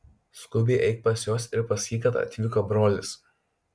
skubiai eik pas juos ir pasakyk kad atvyko brolis